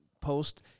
post